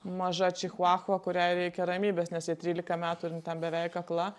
maža čichuachua kuriai reikia ramybės nes jai trylika metų ir ji ten beveik akla